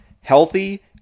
healthy